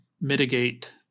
mitigate